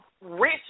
rich